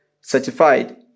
certified